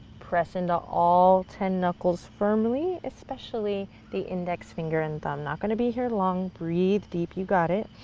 press into all ten knuckles firmly especially the index finger and thumb. not going to be here long. breathe deep, you've got it.